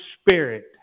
Spirit